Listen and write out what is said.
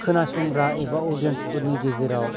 खोनासंग्रा एबा अदियेन्सफोरनि गेजेराव